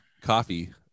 coffee